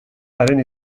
haren